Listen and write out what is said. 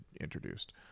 introduced